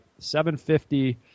750